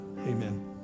Amen